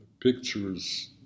pictures